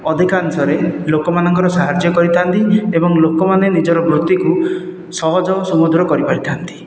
ଅଧିକାଂଶରେ ଲୋକମାନଙ୍କର ସାହାଯ୍ୟ କରିଥାନ୍ତି ଏବଂ ଲୋକମାନେ ନିଜର ବୃତ୍ତିକୁ ସହଜ ଓ ସୁମଧୁର କରିପାରିଥାନ୍ତି